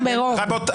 אמרת ברוב.